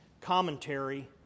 commentary